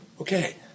Okay